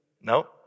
No